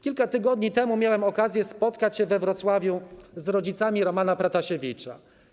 Kilka tygodni temu miałem okazję spotkać się we Wrocławiu z rodzicami Ramana Pratasiewicza.